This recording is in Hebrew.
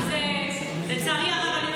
לצערי הרב,